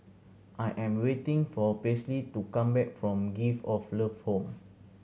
I am waiting for Paisley to come back from Gift of Love Home